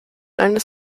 eines